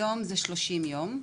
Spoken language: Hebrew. היום זה לוקח כ-30 ימים,